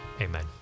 Amen